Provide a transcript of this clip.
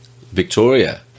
Victoria